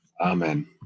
Amen